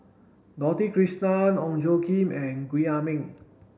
Dorothy Krishnan Ong Tjoe Kim and Gwee Ah Leng